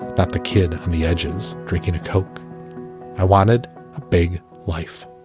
not the kid on the edges drinking a coke i wanted a big life